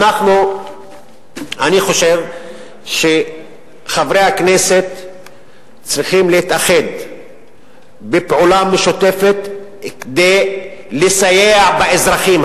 אני חושב שחברי הכנסת צריכים להתאחד בפעולה משותפת כדי לסייע לאזרחים.